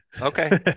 Okay